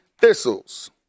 thistles